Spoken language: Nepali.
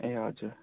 ए हजुर